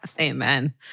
Amen